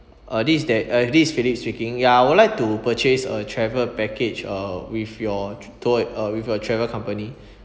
uh this is that uh this is philip speaking ya I would like to purchase a travel package uh with your tour uh with your travel company